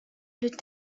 plus